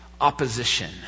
opposition